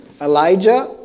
Elijah